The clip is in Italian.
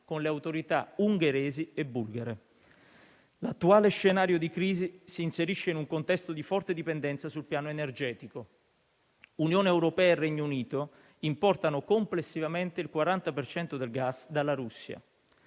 con le autorità ungheresi e bulgare. L'attuale scenario di crisi si inserisce in un contesto di forte dipendenza sul piano energetico. Unione europea e Regno Unito importano complessivamente il 40 per cento del gas dalla Russia,